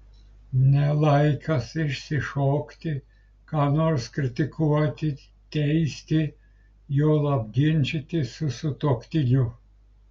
ne laikas išsišokti ką nors kritikuoti teisti juolab ginčytis su sutuoktiniu